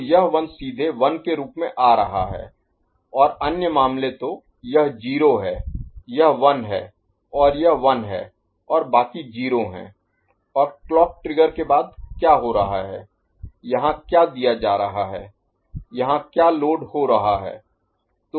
तो यह 1 सीधे 1 के रूप में आ रहा है और अन्य मामले तो यह 0 है यह 1 है और यह 1 है और बाकी 0 हैं और क्लॉक ट्रिगर के बाद क्या हो रहा है यहां क्या दिया जा रहा है यहां क्या लोड हो रहा है